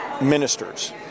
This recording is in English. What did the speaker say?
ministers